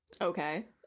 Okay